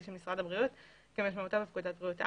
של משרד הבריאות כמשמעותו בפקודת בריאות העם,